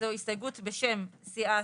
זו הסתייגות בשם סיעת?